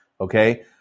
okay